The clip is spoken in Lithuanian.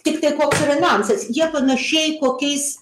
tiktai koks yra niuansas jie panašiai kokiais